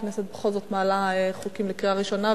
הכנסת בכל זאת מעלה חוקים לקריאה ראשונה.